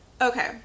okay